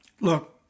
Look